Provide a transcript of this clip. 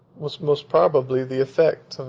was most probably the effect,